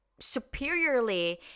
superiorly